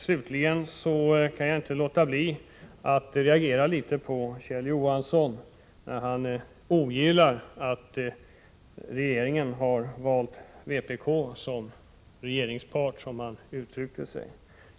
Slutligen kan jag inte låta bli att reagera litet på Kjell Johanssons yttrande att han ogillar att regeringen valt vpk som regeringspart.